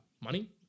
money